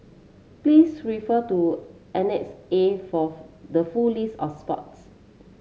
please refer to Annex A forth the full list of sports